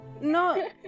No